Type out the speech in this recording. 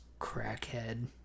crackhead